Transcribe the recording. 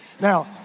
Now